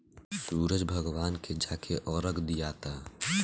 सूरज भगवान के जाके अरग दियाता